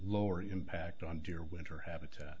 lower impact on your winter habitat